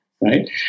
right